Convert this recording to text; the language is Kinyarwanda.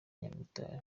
nyamitari